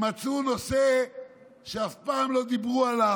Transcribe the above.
הם מצאו נושא שאף פעם לא דיברו עליו,